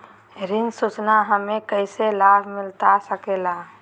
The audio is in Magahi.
ऋण सूचना हमें कैसे लाभ मिलता सके ला?